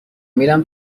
میرم